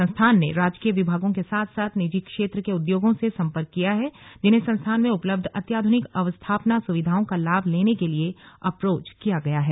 संस्थान ने राजकीय विभागों के साथ साथ निजी क्षेत्र के उद्योगों से संपर्क किया है जिन्हें संस्थान में उपलब्ध अत्याध्रनिक अवस्थापना सुविधाओं का लाभ लेने के लिए अप्रोच किया गया है